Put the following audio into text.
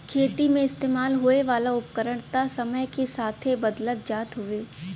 खेती मे इस्तेमाल होए वाला उपकरण त समय के साथे बदलत जात हउवे